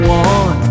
one